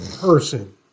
person